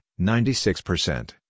96%